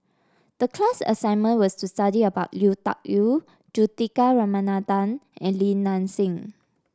the class assignment was to study about Lui Tuck Yew Juthika Ramanathan and Li Nanxing